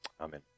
Amen